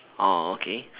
okay